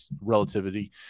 relativity